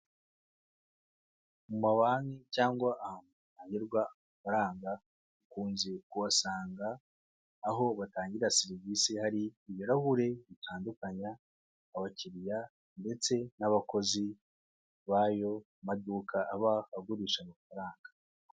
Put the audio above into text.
Mu mabanki cyangwa ahantu hatangirwa amafaranga, ukunze kuhasanga aho batangira serivisi hari ibirahuri bitandukanya abakiriya ndetse n'abakozi b'ayo maduka aba agurisha amafaranga.